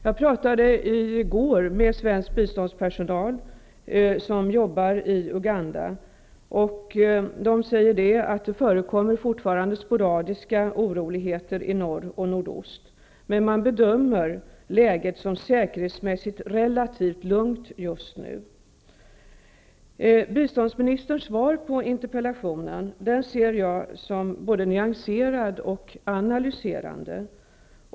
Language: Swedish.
Jag talade i går med svensk biståndspersonal som jobbar i Uganda och fick höra att det fortfarande förekommer sporadiska oroligheter i norr och nordost men också att man bedömer läget som säkerhetsmässigt relativt lugnt just nu. Jag ser biståndsministerns svar på interpellationen som både nyanserat och analyserande.